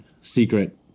Secret